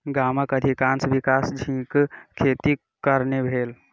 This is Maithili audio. गामक अधिकाँश विकास झींगा खेतीक कारणेँ भेल